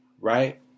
right